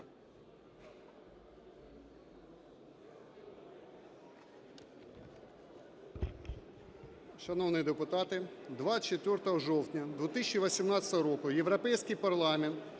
Шановні депутати, 24 жовтня 2018 року Європейський парламент